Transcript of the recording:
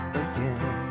again